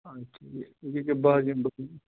آ ٹھیٖک یہِ کیٛاہ بہٕ حظ یِمہٕ بہٕ